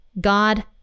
God